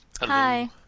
Hi